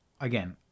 Again